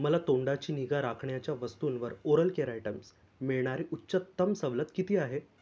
मला तोंडाची निगा राखण्याच्या वस्तूंवर ओरल केअर आयटेम्स मिळणारी उच्चतम सवलत किती आहे